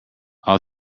all